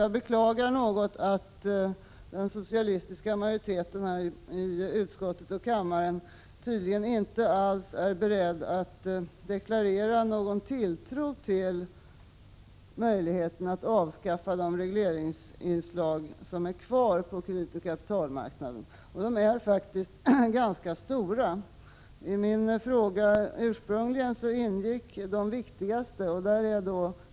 Jag beklagar att den socialistiska majoriteten i utskottet och i kammaren tydligen inte alls är beredd att deklarera någon tilltro till möjligheten att avskaffa de regleringsinslag som är kvar på kreditoch kapitalmarknaden. De är faktiskt ganska stora. I min ursprungliga fråga ingick de viktigaste.